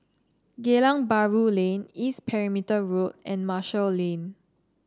Geylang Bahru Lane East Perimeter Road and Marshall Lane